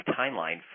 timeline